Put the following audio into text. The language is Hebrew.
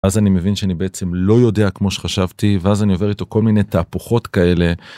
אז אני מבין שאני בעצם לא יודע כמו שחשבתי, ואז אני עובר איתו כל מיני תהפוכות כאלה.